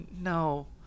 no